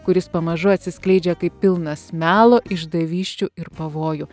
kuris pamažu atsiskleidžia kaip pilnas melo išdavysčių ir pavojų